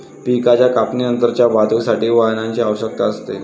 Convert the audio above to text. पिकाच्या कापणीनंतरच्या वाहतुकीसाठी वाहनाची आवश्यकता असते